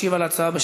משיב על ההצעה,